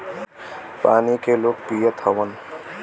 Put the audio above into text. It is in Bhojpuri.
पानी के लोग पियत हउवन